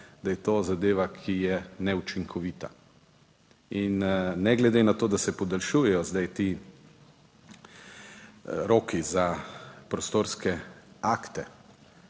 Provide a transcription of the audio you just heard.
da je to zadeva, ki je neučinkovita. In ne glede na to, da se podaljšujejo zdaj ti roki za prostorske akte,